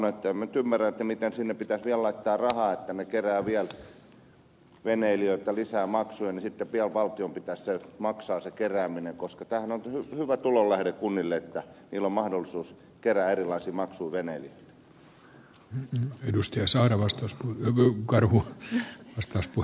en minä nyt ymmärrä miten sinne pitäisi vielä laittaa rahaa että ne keräävät vielä veneilijöiltä lisää maksuja sitten pian valtion pitäisi maksaa se kerääminen koska tämähän on hyvä tulonlähde kunnille että niillä on mahdollisuus kerätä erilaisia maksuja veneilijöiltä